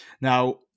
Now